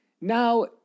Now